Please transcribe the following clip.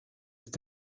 ist